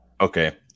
Okay